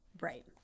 Right